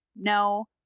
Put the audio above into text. no